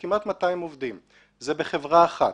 אלה כמעט 200 עובדים וזה בחברה אחת.